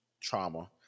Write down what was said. trauma